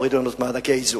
הורידו לנו את מענקי האיזון.